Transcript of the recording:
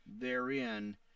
therein